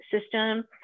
system